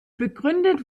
begründet